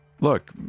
Look